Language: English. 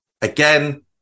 Again